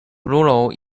bruno